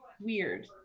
weird